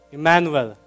Emmanuel